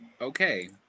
Okay